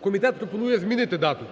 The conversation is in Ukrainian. Комітет пропонує змінити дату.